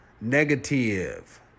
negative